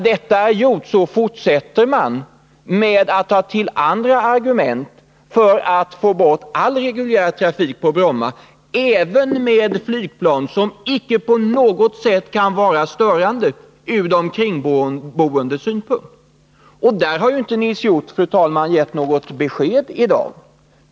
Man fortsätter med att ta till andra argument för att få bort all reguljär trafik på Bromma, även med flygplan som icke på något sätt kan vara störande ur de kringboendes synpunkt. Därvidlag, fru talman, har Nils Hjorth inte gett något besked i dag.